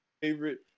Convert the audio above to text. favorite